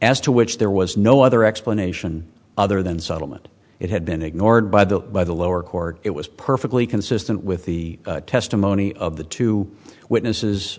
as to which there was no other explanation other than settlement it had been ignored by the by the lower court it was perfectly consistent with the testimony of the two witnesses